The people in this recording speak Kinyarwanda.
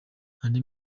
andi